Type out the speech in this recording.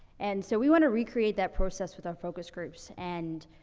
and so we wanna recreate that process with our focus groups. and,